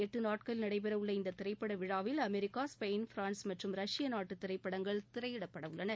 எட்டு நாட்கள் நடைபெற உள்ள இந்த திரைப்பட விழாவில் அமெரிக்கா ஸ்பெயின் பிரான்ஸ் மற்றும் ரஷ்ய நாட்டு திரைப்படங்கள் திரையிடப்பட உள்ளன